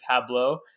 tableau